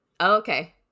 Okay